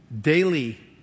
daily